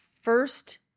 first